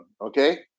okay